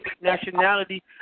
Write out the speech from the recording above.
nationality